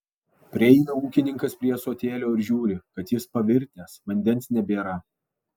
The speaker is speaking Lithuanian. prieina ūkininkas prie ąsotėlio ir žiūri kad jis pavirtęs vandens nebėra